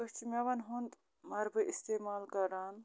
أسۍ چھِ مٮ۪وَن ہُنٛد مَربہٕ استعمال کَران